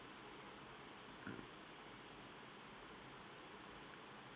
mm